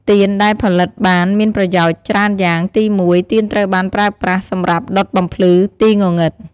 ទៀនដែលផលិតបានមានប្រយោជន៍ច្រើនយ៉ាង ទីមួយ ទៀនត្រូវបានប្រើប្រាស់សម្រាប់ដុតបំភ្លឺទីងងឹត។